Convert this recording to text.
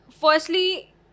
firstly